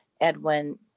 Edwin